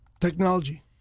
Technology